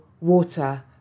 water